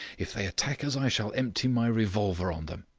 if they attack us i shall empty my revolver on them.